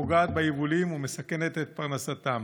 הפוגעת ביבולים ומסכנת את פרנסתם.